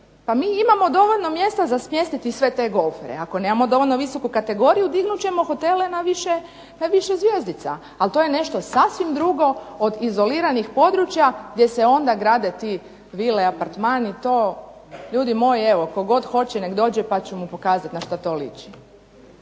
Pa mi imamo dovoljno mjesta za smjestiti sve te golfere. Ako nemamo dovoljno visoku kategoriju dignut ćemo hotele na više zvjezdica. Ali to je nešto sasvim drugo od izoliranih područja gdje se onda grade ti vile, apartmani. To ljudi moji evo tko god hoće nek dođe pa ću mu pokazat na što to liči.